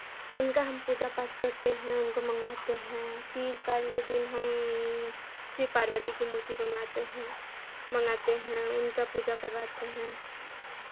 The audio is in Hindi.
उनका हम पूजा पाठ करते हैं उनको मंगवाते हैं तीज वाले दिन हम शिव पार्वती की मूर्ति बनवाते हैं मंगाते हैं उनका पूजा करवाते हैं